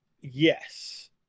Yes